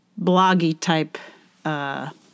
bloggy-type